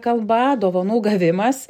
kalba dovanų gavimas